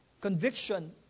Conviction